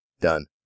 Done